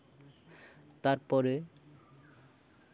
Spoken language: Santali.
ᱛᱟᱨᱯᱚᱨᱮ